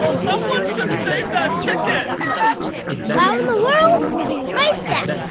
someone should save that chicken wow in the world will be right back.